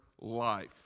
life